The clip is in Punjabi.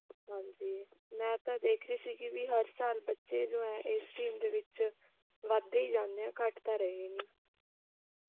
ਹਾਂਜੀ ਮੈਂ ਤਾਂ ਦੇਖ ਰਹੀ ਸੀਗੀ ਵੀ ਹਰ ਸਾਲ ਬੱਚੇ ਜੋ ਹੈ ਇਸ ਸਟਰੀਮ ਦੇ ਵਿੱਚ ਵੱਧਦੇ ਹੀ ਜਾਂਦੇ ਆ ਘੱਟ ਤਾਂ ਰਹੇ ਨਹੀਂ